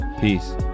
Peace